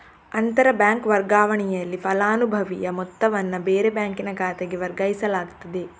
ಅಂತರ ಬ್ಯಾಂಕ್ ವರ್ಗಾವಣೆನಲ್ಲಿ ಫಲಾನುಭವಿಯ ಮೊತ್ತವನ್ನ ಬೇರೆ ಬ್ಯಾಂಕಿನ ಖಾತೆಗೆ ವರ್ಗಾಯಿಸಲಾಗ್ತದೆ